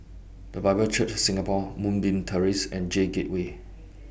The Bible Church Singapore Moonbeam Terrace and J Gateway